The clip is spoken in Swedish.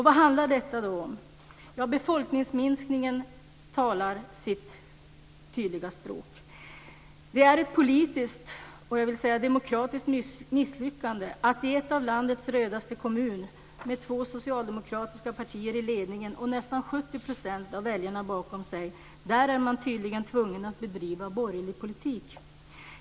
Vad handlar detta om? Befolkningsminskningen talar sitt tydliga språk. Det är ett politiskt och, vill jag säga, ett demokratiskt misslyckande att i ett av landets rödaste kommuner, med två socialdemokratiska partier i ledningen och nästan 70 % av väljarna bakom sig, är man tydligen tvungen att bedriva borgerlig politik.